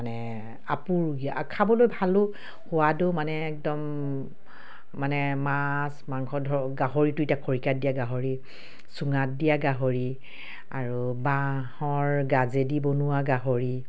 মানে আপুৰুগীয়া খাবলৈ ভালো সোৱাদো মানে একদম মানে মাছ মাংস ধৰ গাহৰিটো এতিয়া খৰিকাত দিয়া গাহৰি চুঙাত দিয়া গাহৰি আৰু বাঁহৰ গাজেদি বনোৱা গাহৰি